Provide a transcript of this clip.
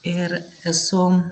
ir esu